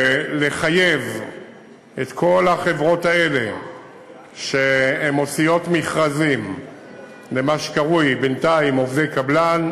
לחייב את כל החברות האלה שמוציאות מכרזים למה שקרוי בינתיים עובדי קבלן,